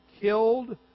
killed